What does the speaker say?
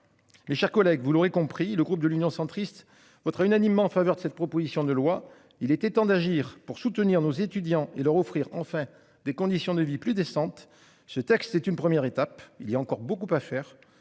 Mes chers collègues, vous l'aurez compris, le groupe de l'Union centriste voterait unanimement en faveur de cette proposition de loi, il était temps d'agir pour soutenir nos étudiants et leur offrir enfin des conditions de vie plus décente. Ce texte, c'est une première étape, il y a encore beaucoup à faire